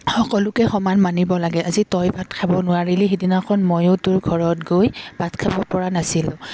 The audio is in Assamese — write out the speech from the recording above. সকলোকে সমান মানিব লাগে আজি তই ভাত খাব নোৱাৰিলি সেইদিনাখন ময়ো তোৰ ঘৰত গৈ ভাত খাব পৰা নাছিলোঁ